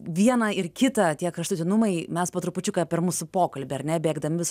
vieną ir kitą tie kraštutinumai mes po trupučiuką per mūsų pokalbį ar ne bėgdami vis